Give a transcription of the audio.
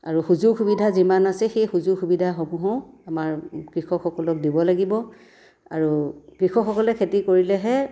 আৰু সুযোগ সুবিধা যিমান আছে সুযোগ সুবিধাসমুহো আমাৰ কৃষকসকলক দিব লাগিব আৰু কৃষকসকলে খেতি কৰিলেহে